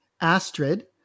Astrid